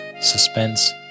suspense